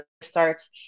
starts